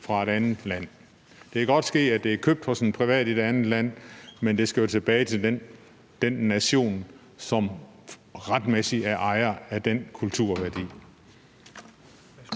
fra et andet land. Det kan godt ske, at det er købt hos en privat i det andet land, men det skal jo tilbage til den nation, som retmæssigt er ejer af den kulturværdi.